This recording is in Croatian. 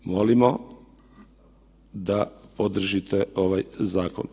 Molimo da podržite ovaj zakon.